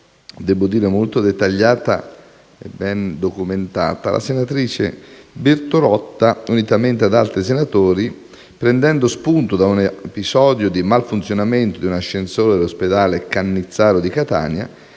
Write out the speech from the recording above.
debbo dire molto dettagliata e ben documentata